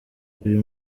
uyu